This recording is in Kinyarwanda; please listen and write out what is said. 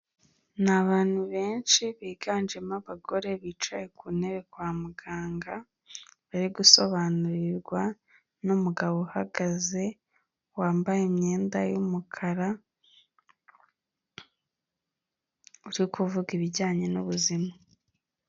Ni abantu benshi biganjemo abagore bicaye ku ntebe kwa muganga, bari gusobanurirwa n'umugabo uhagaze wambaye imyenda y'umukara, uri kuvuga ibijyanye n'ubuzima.